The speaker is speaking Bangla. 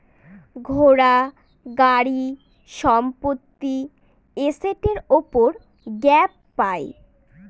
ঘোড়া, গাড়ি, সম্পত্তি এসেটের উপর গ্যাপ পাই